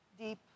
deep